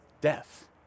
Death